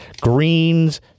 greens